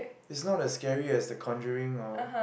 is not as scary as The-Conjuring orh